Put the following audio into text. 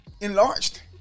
Enlarged